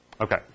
Okay